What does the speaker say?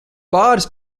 pāris